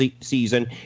season